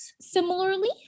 similarly